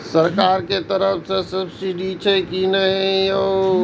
सरकार के तरफ से सब्सीडी छै कि नहिं?